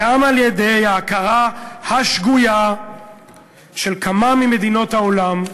גם על-ידי ההכרה השגויה של כמה ממדינות העולם,